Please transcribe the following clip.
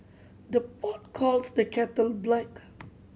the pot calls the kettle black